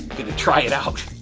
gonna try it out.